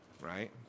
right